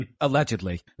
Allegedly